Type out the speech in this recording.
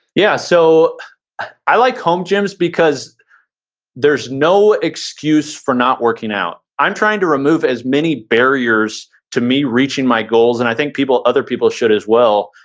yeah, so i like home gyms because there's no excuse for not working out. i'm trying to remove as many barriers to me reaching my goals, and i think other people should as well.